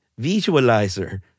visualizer